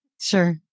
sure